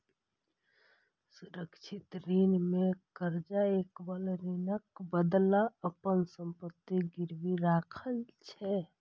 सुरक्षित ऋण मे कर्ज लएबला ऋणक बदला अपन संपत्ति गिरवी राखै छै